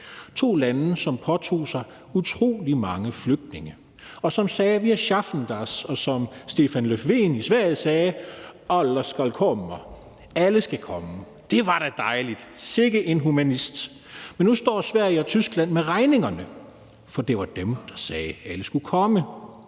to lande, som påtog sig utrolig mange flygtninge, og hvor man sagde »wir schaffen das«, og hvor man sagde som Stefan Löfven i Sverige: Alle skal komme. Det var da dejligt. Sikke en humanist! Men nu står Sverige og Tyskland med regningerne, for det var dem, der sagde, at alle skulle komme,